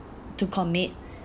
to commit